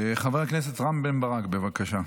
חבר הכנסת רם בן ברק, בבקשה.